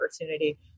opportunity